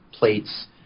Plates